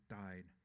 died